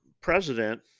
president